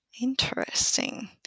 interesting